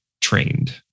trained